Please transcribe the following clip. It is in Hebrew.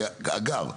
אגב,